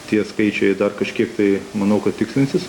tie skaičiai dar kažkiek tai manau kad tikslinsis